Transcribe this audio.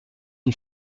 une